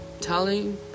telling